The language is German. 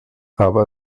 aber